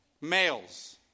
males